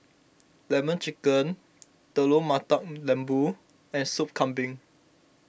Lemon Chicken Telur Mata Lembu and Soup Kambing